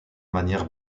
manière